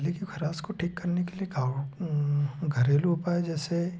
गले की खरास को ठीक करने के लिए घाव घरेलू उपाय जैसे